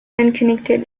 unconnected